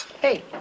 Hey